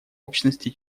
общности